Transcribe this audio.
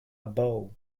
above